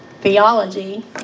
theology